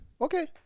Okay